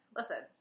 Listen